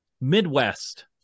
Midwest